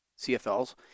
CFLs